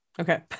Okay